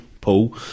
Paul